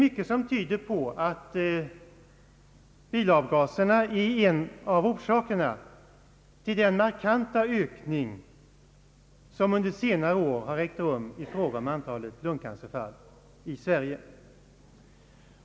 Mycket tyder på att bilavgaserna är en av orsakerna till den markanta ökningen under senare år av antalet lungcancerfall i Sverige.